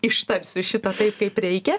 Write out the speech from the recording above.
ištarsiu šitą taip kaip reikia